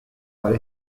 para